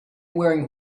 wearing